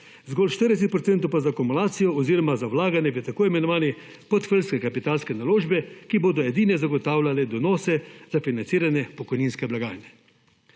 zgolj 40 % pa za akumulacijo oziroma za vlaganje v tako imenovane portfeljske kapitalske naložbe, ki bodo edine zagotavljale donose za financiranje pokojninske blagajne.